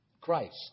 Christ